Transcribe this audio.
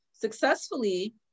successfully